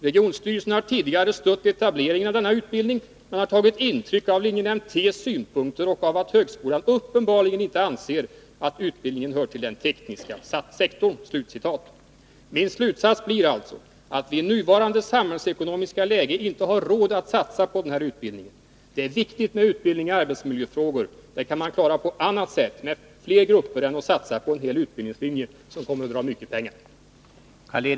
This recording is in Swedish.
Regionstyrelsen har tidigare stött etableringen av denna utbildning, men har tagit intryck av linjenämnd T:s synpunkter och av att högskolan uppenbarligen inte avser att utbildningen hör till den tekniska sektorn.” Min slutsats blir alltså att vi i nuvarande samhällsekonomiska läge inte har råd att satsa på den här utbildningen. Det är viktigt med utbildning i arbetsmiljöfrågor. Det kan man klara på annat sätt med fler grupper än att satsa på en hel utbildningslinje, som kommer att dra mycket pengar.